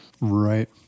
Right